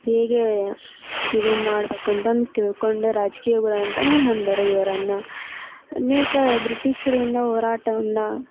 ಹೇಗೆ ಇದು ಮಾಡಬೇಕು ಅಂತಂದು ತಿಳ್ಕೊಂಡು ರಾಜಕೀಯ ಗುರು ಅಂತಂದೇ ಅಂದರು ಇವರನ್ನ ಅನೇಕ ಬ್ರಿಟೀಷರಿಂದ ಹೋರಾಟವನ್ನ